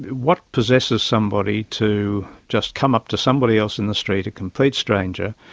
what possesses somebody to just come up to somebody else in the street, a complete stranger,